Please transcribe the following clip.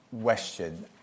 question